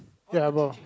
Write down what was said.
ya Bro